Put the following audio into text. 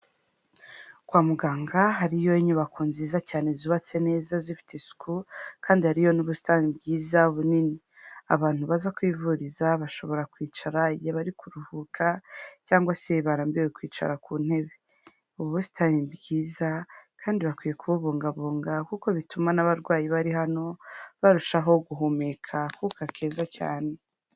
Kwa muganga hariyo inyubako nziza cyane zubatse neza zifite isuku, kandi hariyo n'ubusitani bwiza bunini. Abantu baza kuhivuriza bashobora kwicara igihe bari kuruhuka, cyangwa se barambiwe kwicara ku ntebe. Ubu busitani bwiza kandi bakwiye kubungabunga kuko bituma n'abarwayi bari hano barushaho guhumeka akuka keza cyane.